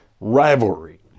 rivalry